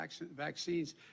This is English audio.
vaccines